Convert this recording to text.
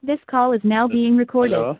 hello